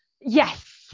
Yes